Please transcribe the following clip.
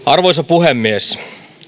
arvoisa puhemies